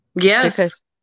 Yes